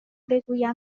بگویم